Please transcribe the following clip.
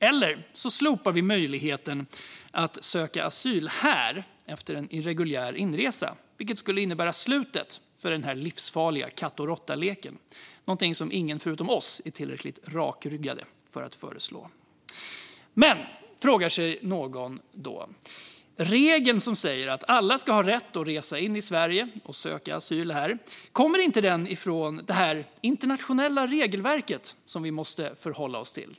Eller så slopar vi möjligheten att söka asyl här efter en irreguljär inresa, vilket skulle innebära slutet på den här livsfarliga katt-och-råtta-leken, någonting som ingen förutom vi är tillräckligt rakryggad för att föreslå. Men, frågar sig kanske någon, regeln som säger att alla ska ha rätt att resa in i Sverige och söka asyl här, kommer inte den från det här internationella regelverket som vi måste förhålla oss till?